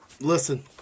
Listen